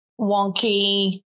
wonky